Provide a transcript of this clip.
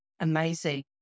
Amazing